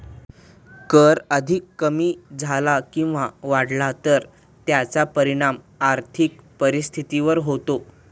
कर अधिक कमी झाला किंवा वाढला तर त्याचा परिणाम आर्थिक परिस्थितीवर होतो